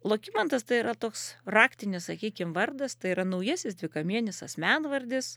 lokimantas tai yra toks raktinis sakykim vardas tai yra naujasis dvikamienis asmenvardis